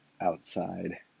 outside